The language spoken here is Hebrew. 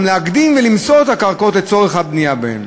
להקדים ולמסור את הקרקעות לצורך הבנייה בהן